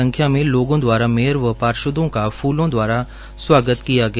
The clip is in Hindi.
संख्या में लोगों दवारा मेयर व पार्षदों का फूलों दवारा स्वागत किया गया